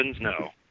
no